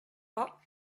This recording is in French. pas